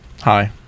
Hi